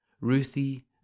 Ruthie